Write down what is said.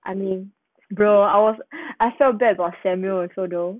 I mean bro I was I felt bad for samuel also though